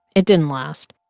it didn't last.